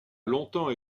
longtemps